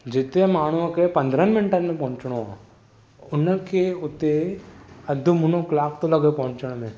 जिथे माण्हुनि खे पंद्रहनि मिन्टनि में पहुचणो आहे हुनखे हुते अधु मुनो कलाक थो लॻे पहुचण में